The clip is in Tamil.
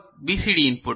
டி இன்புட் இது 0 0 0 0